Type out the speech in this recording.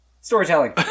Storytelling